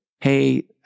hey